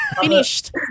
Finished